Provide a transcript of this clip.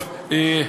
אתה